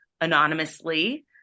anonymously